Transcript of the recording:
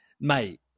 mate